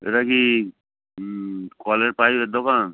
এটা কি কলের পাইপের দোকান